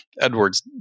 Edwards